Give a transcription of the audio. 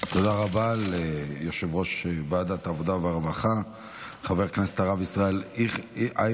תודה רבה ליושב-ראש ועדת העבודה והרווחה חבר הכנסת הרב ישראל אייכלר.